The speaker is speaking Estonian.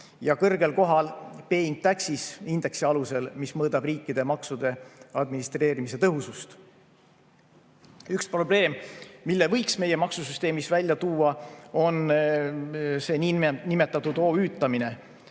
kategoorias ja Paying Taxes indeksi alusel, mis mõõdab riikide maksude administreerimise tõhusust. Üks probleem, mille võiks meie maksusüsteemi puhul välja tuua, on see niinimetatud OÜ‑tamine.